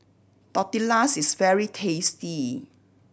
tortillas is very tasty